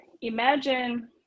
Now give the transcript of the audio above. imagine